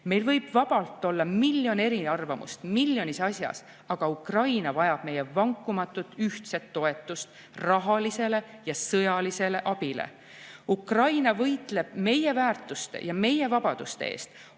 Meil võib vabalt olla miljon eriarvamust miljonis asjas, aga Ukraina vajab meie vankumatut ühtset toetust rahalisele ja sõjalisele abile. Ukraina võitleb meie väärtuste ja meie vabaduste eest